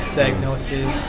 diagnosis